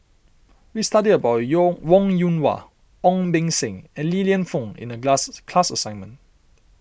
we studied about you Wong Yoon Wah Ong Beng Seng and Li Lienfung in the class assignment